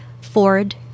ford